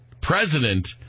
president